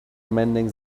mending